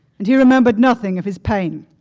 and he remembered nothing of his pain.